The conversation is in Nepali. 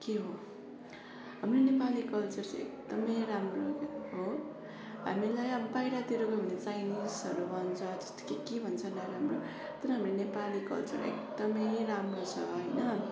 के हो हाम्रो नेपाली कल्चर चाहिँ एकदमै राम्रो हो हामीलाई अब बाहिरतिर गयो भने चाइनिजहरू भन्छ त्यस्तो के के भन्छ नराम्रो तर हाम्रो नेपाली कल्चर एकदमै राम्रो छ होइन